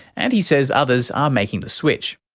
and he says others are making the switch.